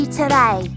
today